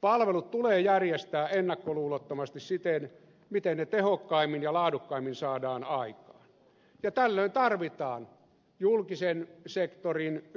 palvelut tulee järjestää ennakkoluulottomasti siten miten ne tehokkaimmin ja laadukkaimmin saadaan aikaan ja tällöin tarvitaan julkisen sektorin